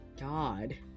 god